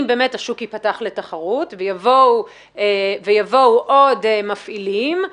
אם באמת השוק ייפתח לתחרות ויבואו עוד מפעילים.